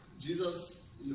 Jesus